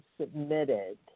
submitted